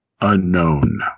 unknown